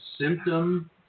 symptom